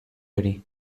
hori